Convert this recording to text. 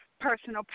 personal